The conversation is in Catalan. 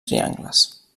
triangles